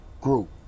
group